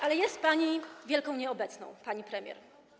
Ale jest pani wielką nieobecną, pani premier.